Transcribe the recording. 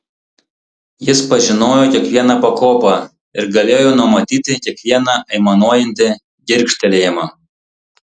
jis pažinojo kiekvieną pakopą ir galėjo numatyti kiekvieną aimanuojantį girgžtelėjimą